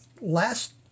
Last